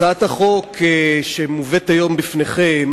הצעת החוק שמובאת היום לפניכם